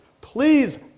please